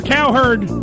Cowherd